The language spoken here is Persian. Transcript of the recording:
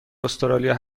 استرالیا